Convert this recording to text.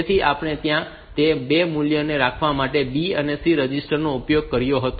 તેથી આપણે ત્યાં તે 2 મૂલ્યો રાખવા માટે B અને C રજિસ્ટર નો ઉપયોગ કર્યો છે